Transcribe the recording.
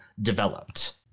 developed